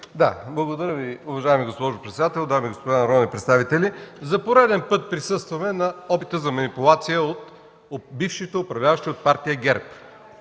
Благодаря Ви. Уважаема госпожо председател, дами и господа народни представители! За пореден път присъстваме на опита за манипулация от бившите управляващи от партия „ГЕРБ”.